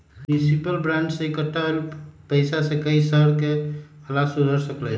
municipal bond से इक्कठा होल पैसा से कई शहर के हालत सुधर सका हई